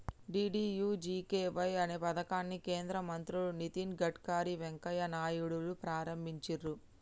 DDUGKY అనే పథకాన్ని కేంద్ర మంత్రులు నితిన్ గడ్కరీ, వెంకయ్య నాయుడులు ప్రారంభించిర్రు